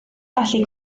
gallu